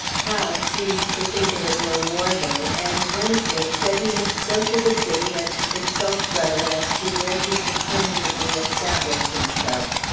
hal seemed to think of it no more, though, and wednesday said he must go to the city and consult brother as to where he should permanently establish himself.